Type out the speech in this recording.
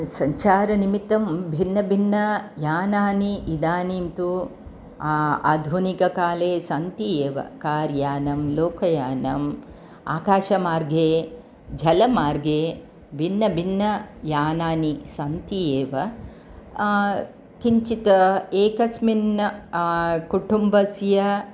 सञ्चारनिमित्तं भिन्नभिन्न यानानि इदानीं तु आधुनिककाले सन्ति एव कार् यानं लोकयानम् आकाशमार्गे जलमार्गे भिन्नभिन्न यानानि सन्ति एव किञ्चित् एकस्मिन् कुटुम्बस्य